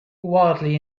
wildly